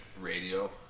radio